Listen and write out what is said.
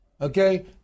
okay